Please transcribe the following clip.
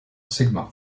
sigma